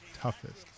toughest